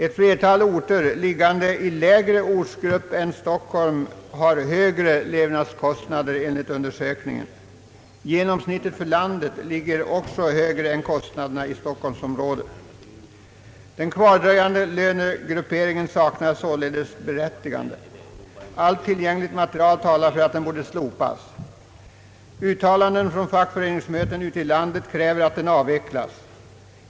Ett flertal orter i lägre ortsgrupp än Stockholm har enligt undersökningen högre levnadskostnader. Genomsnittet för landet ligger också högre än kostnaderna i stockholmsområdet. Den kvardröjande lönegrupperingen saknar således berättigande. Allt tillgängligt material talar för att den borde slopas. I uttalanden från fackföreningsmöten ute i landet krävs att den avvecklas.